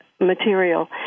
material